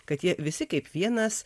kad jie visi kaip vienas